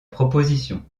proposition